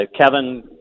Kevin